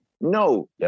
no